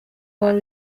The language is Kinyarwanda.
wari